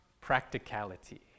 practicality